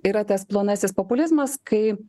yra tas plonasis populizmas kai